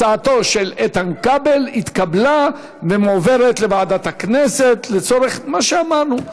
הצעתו של איתן כבל התקבלה ומועברת לוועדת הכנסת לצורך מה שאמרנו,